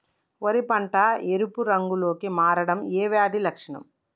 వరి పంట ఎరుపు రంగు లో కి మారడం ఏ వ్యాధి లక్షణం?